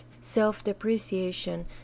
self-depreciation